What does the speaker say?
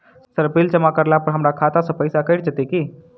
Sir bill जमा करला पर हमरा खाता सऽ पैसा कैट जाइत ई की?